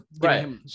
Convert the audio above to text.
right